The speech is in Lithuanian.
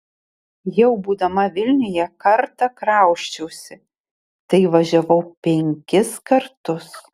jau būdama vilniuje kartą krausčiausi tai važiavau penkis kartus